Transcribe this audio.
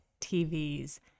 TVs